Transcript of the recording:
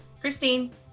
Christine